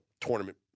tournament